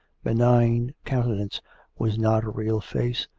benign countenance was not a real face,